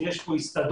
יש פה הסתדרות,